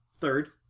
Third